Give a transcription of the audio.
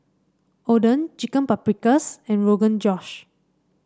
Oden Chicken Paprikas and Rogan Josh